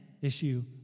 issue